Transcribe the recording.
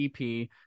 EP